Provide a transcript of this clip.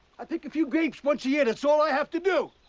i pick a few grapes once a year. that's all i have to do.